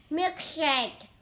Milkshake